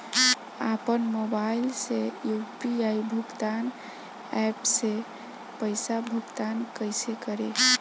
आपन मोबाइल से यू.पी.आई भुगतान ऐपसे पईसा भुगतान कइसे करि?